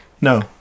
No